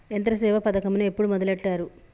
యంత్రసేవ పథకమును ఎప్పుడు మొదలెట్టారు?